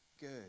good